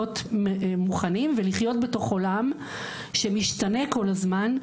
מוכנים ולחיות בתוך עולם שמשתנה כל הזמן,